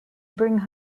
bring